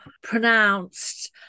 pronounced